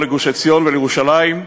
לגוש-עציון ולירושלים,